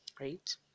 Right